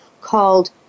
called